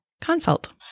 Consult